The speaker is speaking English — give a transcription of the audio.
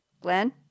Glenn